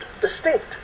Distinct